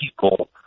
people